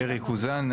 אריק אוזן,